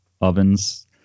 ovens